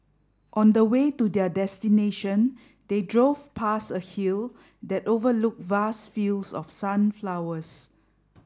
on the way to their destination they drove past a hill that overlooked vast fields of sunflowers